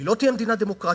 לא תהיה מדינה דמוקרטית.